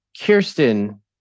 Kirsten